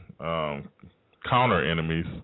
counter-enemies